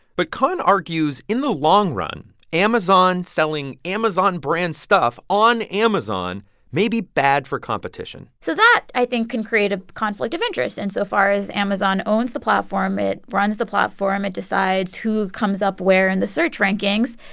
but khan argues, in the long run, amazon selling amazon brand stuff on amazon may be bad for competition so that, i think, can create a conflict of interest. and so far as amazon owns the platform, it runs the platform, it decides who comes up where in the search rankings.